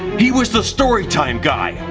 he was the storytime guy.